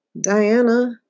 Diana